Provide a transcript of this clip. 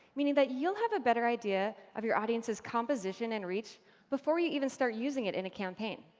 meaning that you'll have a better idea of your audience's composition and reach before you even start using it in a campaign.